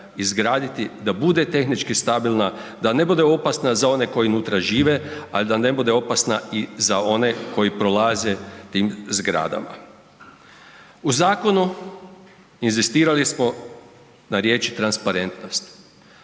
da bude tehnički stabilna, da ne bude opasna za one koji unutra žive, a da ne bude opasna i za one koji prolaze tim zgradama. U zakonu inzistirali smo na riječi „transparentnost“.